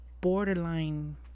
borderline